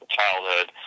childhood